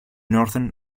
northern